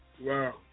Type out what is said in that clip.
wow